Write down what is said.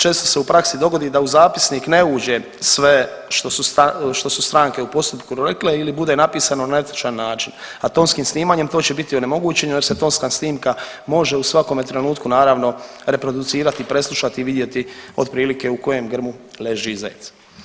Često se u praksi dogodi da u zapisnik ne uđe sve što su stranke u postupku rekle ili bude napisano na netočan način, a tonskim snimanjem to će biti onemogućeno jer se tonska snimka može u svakome trenutku naravno reproducirati, preslušati, vidjeti otprilike u kojem grmu leži zec.